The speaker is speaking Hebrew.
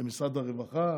למשרד הרווחה,